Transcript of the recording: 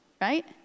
right